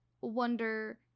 wonder